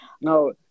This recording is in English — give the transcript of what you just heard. No